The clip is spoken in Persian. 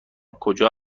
کجا